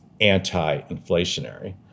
anti-inflationary